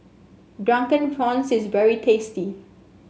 Drunken Prawns is very tasty